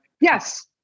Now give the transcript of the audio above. Yes